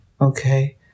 okay